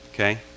Okay